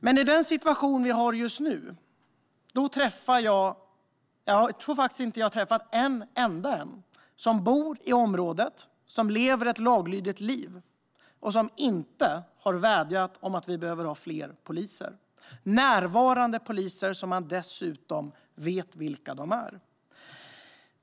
Men jag tror inte att jag, i den situation vi har just nu, har träffat en enda person som bor i ett utanförskapsområde och som lever ett laglydigt liv som inte har vädjat om fler poliser - närvarande poliser som man dessutom vet vilka de är.